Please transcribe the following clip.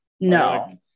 no